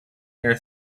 air